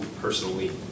personally